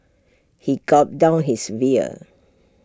he gulped down his beer